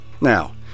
now